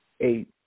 eight